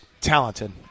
talented